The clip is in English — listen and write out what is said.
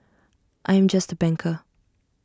I am just A banker